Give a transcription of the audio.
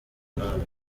umwana